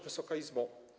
Wysoka Izbo!